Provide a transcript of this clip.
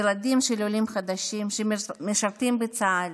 ילדים של עולים חדשים שמשרתים בצה"ל,